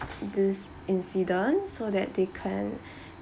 this incident so that they can